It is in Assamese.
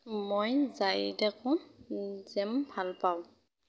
মই যায়ডেকো জেম ভাল পাওঁ